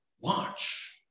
Watch